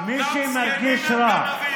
מי שמרגיש רע,